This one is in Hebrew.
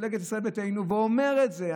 מפלגת ישראל ביתנו, ואומר את זה.